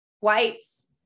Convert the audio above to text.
Whites